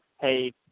hey